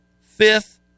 fifth